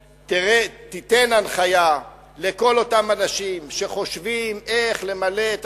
תן הנחיה לכל אותם אנשים שחושבים איך למלא את